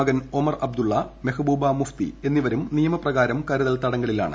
മകൻ ഒമർ അബ്ദുള്ള മെഹബൂബ മുഫ്തി എന്നിവരും നിയമപ്രകാരം കരുതൽ തടങ്കലിലാണ്